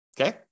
Okay